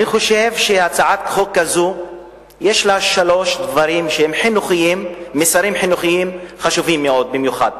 אני חושב שלהצעת חוק כזאת יש שלושה מסרים חינוכיים חשובים במיוחד.